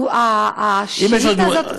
השאילתה הזאת,